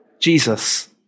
Jesus